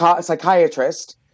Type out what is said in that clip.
psychiatrist